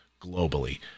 globally